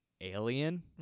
alien